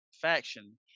faction